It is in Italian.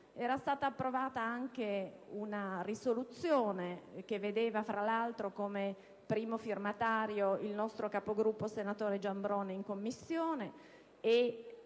Era stata approvata anche una risoluzione che vedeva fra l'altro, come primo firmatario, il nostro capogruppo in Commissione,